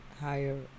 Higher